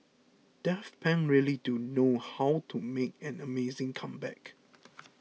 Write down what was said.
Daft Punk really do know how to make an amazing comeback